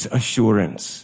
assurance